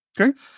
Okay